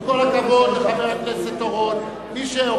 עם כל הכבוד לחבר הכנסת אורון,